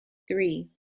three